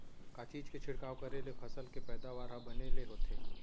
का चीज के छिड़काव करें ले फसल के पैदावार ह बने ले होथे?